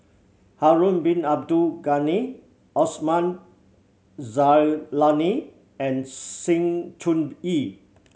Harun Bin Abdul Ghani Osman Zailani and Sng Choon Yee